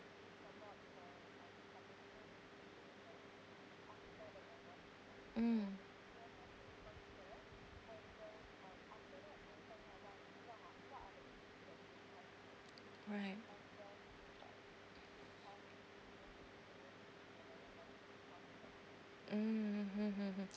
mm right mm